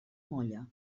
molla